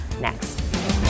next